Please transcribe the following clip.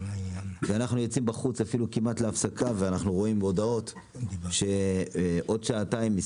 כשיצאנו החוצה ראינו הודעות שכעבור שעתיים תתקיים